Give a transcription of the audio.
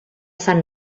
sant